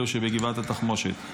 אלו שבגבעת התחמושת?